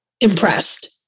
impressed